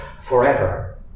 forever